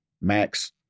Max